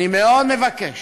אני מאוד מבקש